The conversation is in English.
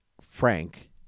Frank